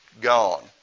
Gone